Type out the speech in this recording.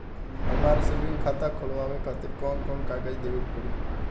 हमार सेविंग खाता खोलवावे खातिर कौन कौन कागज देवे के पड़ी?